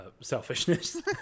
selfishness